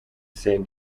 san